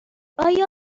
آیا